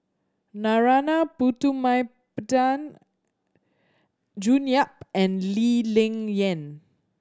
Narana Putumaippittan June Yap and Lee Ling Yen